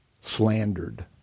slandered